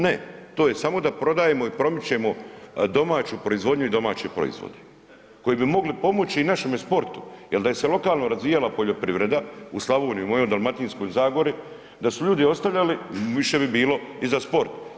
Ne, to je samo da prodajemo i promičemo domaću proizvodnju i domaće proizvode koji bi mogli pomoći našem sportu jer da se lokalno razvijala poljoprivreda u Slavoniji, u mojoj Dalmatinskoj zagori da su ljudi ostavljali više bi bilo i za sport.